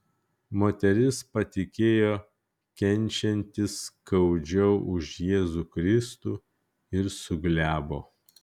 moteris patikėjo kenčianti skaudžiau už jėzų kristų ir suglebo